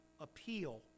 appeal